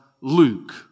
Luke